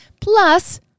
Plus